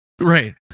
right